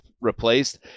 replaced